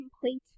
complete